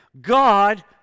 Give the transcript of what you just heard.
God